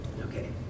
Okay